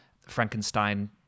Frankenstein